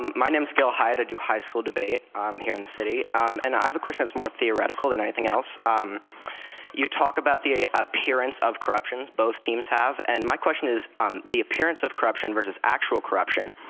my name is gil hyde, i do high school debate um here in the city. um and i have a question that's more theoretical than anything else. um you talk about the appearance of corruption, both teams have. and my question is um the appearance of corruption versus actual corruption,